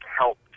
help